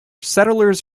settlers